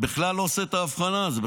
בכלל לא עושה את ההבחנה זו.